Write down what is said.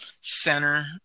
center